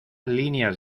líneas